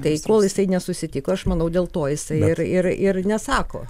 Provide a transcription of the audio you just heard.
tai kol jisai nesusitiko aš manau dėl to jisai ir ir ir nesako